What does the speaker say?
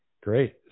Great